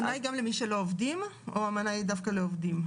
האמנה היא גם למי שלא עובדים או דווקא לעובדים?